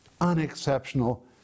unexceptional